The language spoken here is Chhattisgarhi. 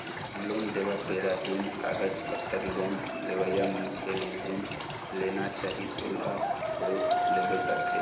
लोन देवत बेरा जेन कागज पतर लोन लेवइया मनखे ले जेन लेना चाही ओला तो लेबे करथे